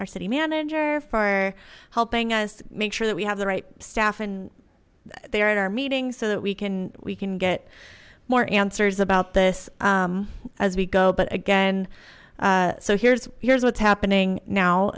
our city manager for helping us make sure that we have the right staff and they are at our meetings so that we can we can get more answers about this as we go but again so here's here's what's happening now